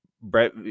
Brett